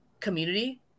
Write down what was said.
community